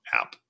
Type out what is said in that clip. app